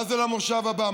מה זה למושב הבא?